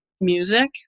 music